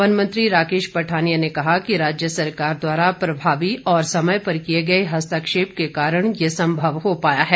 one मंत्री राकेश पठानिया ने कहा कि राज्य सरकार द्वारा प्रभावी और समय पर किए गए हस्तक्षेप के कारण ये संभव हो पाया है